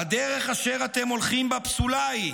"הדרך אשר אתם הולכים בה פסולה היא,